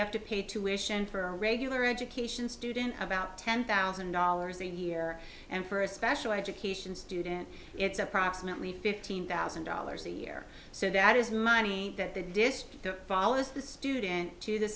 have to pay tuition for a regular education student about ten thousand dollars a year and for a special education student it's approximately fifteen thousand dollars a year so that is money that the district follows the student to the